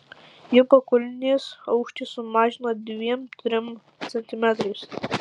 ji pakulnės aukštį sumažina dviem trim centimetrais